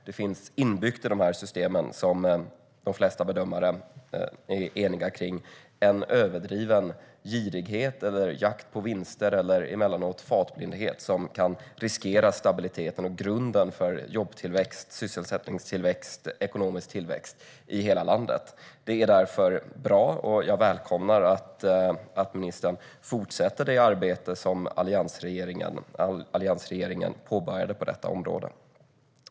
Det finns inbyggt i dessa system, som de flesta bedömare är eniga om, en överdriven girighet, jakt på vinster eller emellanåt fartblindhet som kan riskera stabiliteten och grunden för jobbtillväxt, sysselsättningstillväxt och ekonomisk tillväxt i hela landet. Det är därför bra, och något som jag välkomnar, att ministern fortsätter det arbete som alliansregeringen påbörjade på detta område.